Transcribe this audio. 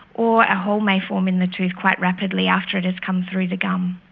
or a hole may form in the tooth quite rapidly after it has come through the gum.